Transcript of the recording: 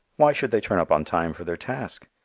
why should they turn up on time for their task?